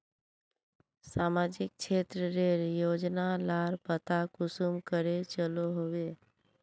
सामाजिक क्षेत्र रेर योजना लार पता कुंसम करे चलो होबे?